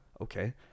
okay